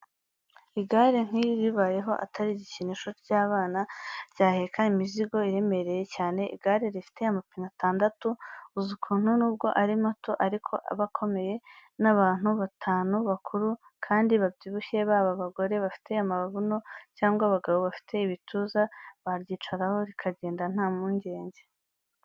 Igare nk'iri ribayeho atari igikinisho cy'abana, ryaheka imizigo iremereye cyane; igare rifite amapine atandatu, uzi ukuntu n'ubwo ari mato ariko aba akomeye; n'abantu batanu bakuru kandi babyibushye, baba abagore bafite amabuno cyangwa abagabo bafite ibituza, baryicaraho rikagenda nta mpungenge.